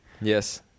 yes